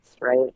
right